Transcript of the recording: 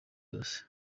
yose